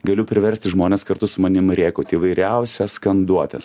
galiu priversti žmones kartu su manim rėkti įvairiausias skanduotes